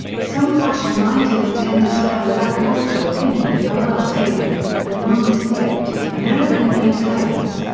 some fashion writers tended to have a lackluster opinion of her well tailored, but nondescript, american-made clothes.